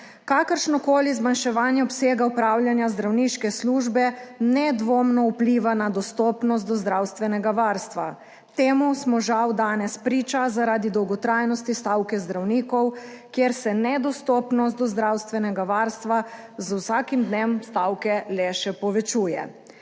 Kakršnokoli zmanjševanje obsega opravljanja zdravniške službe nedvomno vpliva na dostopnost do zdravstvenega varstva. Temu smo žal danes priča zaradi dolgotrajnosti stavke zdravnikov, kjer se nedostopnost do zdravstvenega varstva z vsakim dnem stavke le še povečuje.